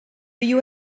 you